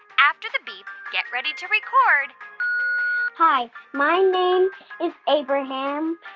after the beep, get ready to record hi. my name is abraham,